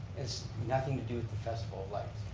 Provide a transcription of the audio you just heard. has nothing to do with the festival of lights,